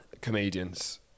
comedians-